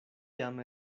jam